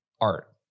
art